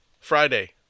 Friday